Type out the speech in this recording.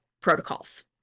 protocols